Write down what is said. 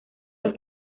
los